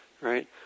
right